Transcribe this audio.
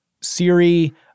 Siri